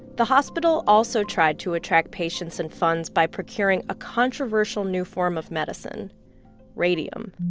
the hospital also tried to attract patients and funds by procuring a controversial new form of medicine radium.